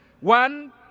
One